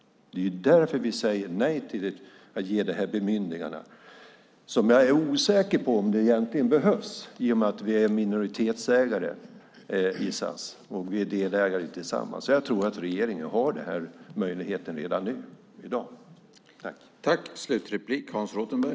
Det är därför vi säger nej till att ge det här bemyndigandet. Jag är egentligen osäker på om det behövs i och med att vi är minoritetsägare i SAS och vi är delägare tillsammans. Jag tror att regeringen har den här möjligheten redan i dag.